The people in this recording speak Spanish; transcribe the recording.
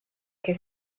que